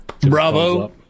Bravo